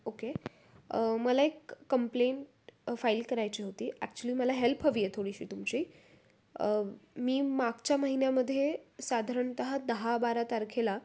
okay मला एक complaint file करायची होती ॲक्चुली मला हेल्प हवी आहे थोडीशी तुमची मी मागच्या महिन्यामध्ये साधारणतः दहा बारा तारखेला